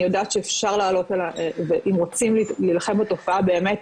אני יודעת שאפשר לעלות על אם רוצים להלחם בתופעה באמת,